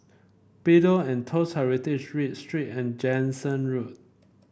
Pillow and Toast Heritage Read Street and Jansen Road